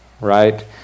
right